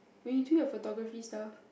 when you do your photography stuff